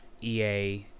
ea